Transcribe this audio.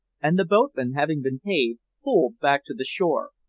and the boatman, having been paid, pulled back to the shore.